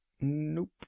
Nope